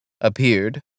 appeared